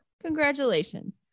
Congratulations